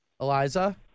Eliza